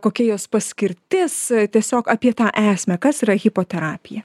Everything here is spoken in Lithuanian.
kokia jos paskirtis tiesiog apie tą esmę kas yra hipoterapija